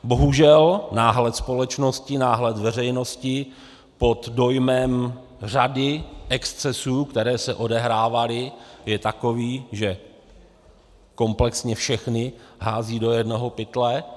Bohužel náhled společnosti, náhled veřejnosti pod dojmem řady excesů, které se odehrávaly, je takový, že komplexně všechny hází do jednoho pytle.